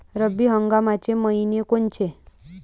रब्बी हंगामाचे मइने कोनचे?